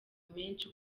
menshi